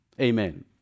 Amen